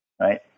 right